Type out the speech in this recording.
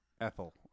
Ethel